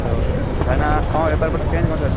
hello ଭାଇନା କ'ଣ ବେପାର ପଟା କେମତି କ'ଣ ଚାଲିଛି